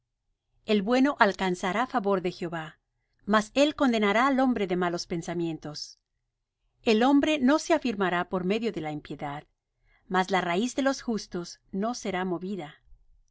el bueno alcanzará favor de jehová mas él condenará al hombre de malos pensamientos el hombre no se afirmará por medio de la impiedad mas la raíz de los justos no será movida